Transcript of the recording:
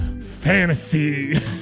fantasy